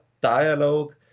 dialogue